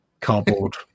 cardboard